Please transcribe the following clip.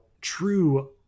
true